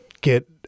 get